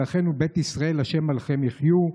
אל אחינו בית ישראל ה' עליהם יחיו.